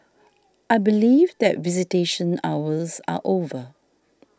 I believe that visitation hours are over